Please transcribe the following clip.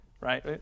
Right